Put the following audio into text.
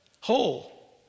whole